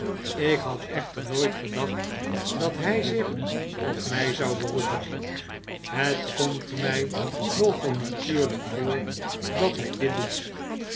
ik had echter nooit gedacht dat hg zich op mg zou beroepen het komt mij nogal natuurlijk voor dat hg dit doet